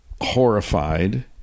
horrified